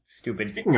stupid